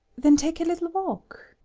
then take a little walk.